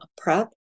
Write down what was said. PrEP